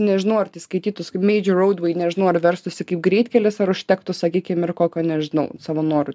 nežinau ar tai skaitytus kaip meidžior roudvei nežinau ar verstųsi kaip greitkelis ar užtektų sakykim ir kokio nežinau savanorių